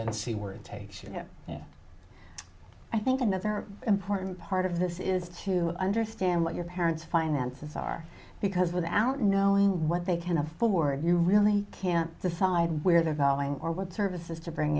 then see where it takes you know i think another important part of this is to understand what your parents finances are because without knowing what they can afford you really can't decide where they're vowing or what services to bring